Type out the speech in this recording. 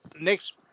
Next